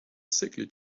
sickly